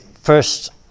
first